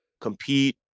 compete